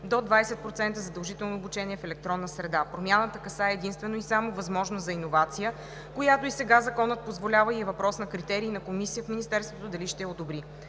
до 20% задължително обучение в електронна среда. Промяната касае единствено и само възможност за иновация, която и сега законът позволява и е въпрос на критерии на комисия в министерството дали ще я одобри.